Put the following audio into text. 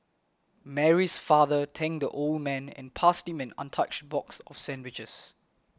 Mary's father thanked the old man and passed him an untouched box of sandwiches